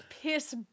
piss